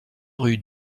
rue